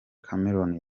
cameroun